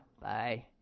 Bye